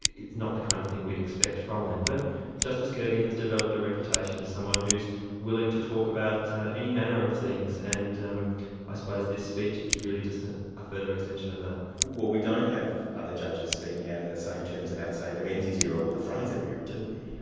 it's not the kind of thing we expect from them. but justice kirby has developed a reputation as someone who's willing to talk about any manner of things, and um i suppose this speech is really just ah a further extension of that. well we don't have other judges speaking out in the same terms about, say, the menzies era or the fraser era, do we?